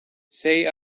säg